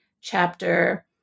chapter